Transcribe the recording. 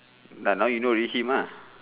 nah now you know already him lah